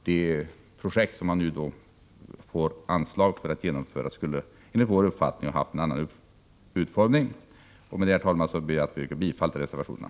Det projekt som man nu får anslag för att genomföra skulle alltså enligt vår uppfattning ha haft en annan utformning. Med detta, herr talman, ber jag att få yrka bifall till reservationerna.